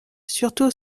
surtout